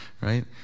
right